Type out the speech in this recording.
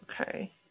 Okay